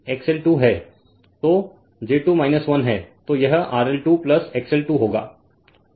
तो j 2 1 है तो यह RL 2 XL 2 होगा